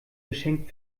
geschenk